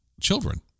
children